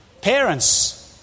parents